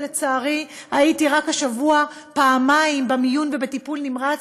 ולצערי הייתי רק השבוע פעמיים במיון ובטיפול נמרץ,